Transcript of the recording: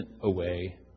away